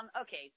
Okay